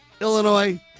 Illinois